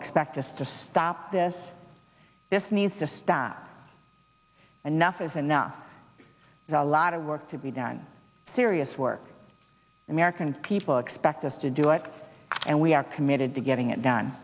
expect us to stop this this needs to stop enough is enough a lot of work to be done serious work american people expect us to do it and we are committed to getting it done